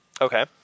Okay